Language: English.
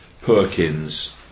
Perkins